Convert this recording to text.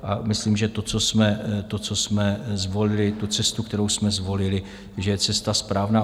A myslím, že to, co jsme zvolili, tu cestu, kterou jsme zvolili, že je cesta správná.